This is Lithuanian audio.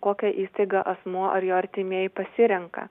kokią įstaigą asmuo ar jo artimieji pasirenka